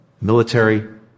military